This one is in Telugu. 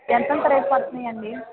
ఎంతెంత రేట్ పడుతున్నాయండి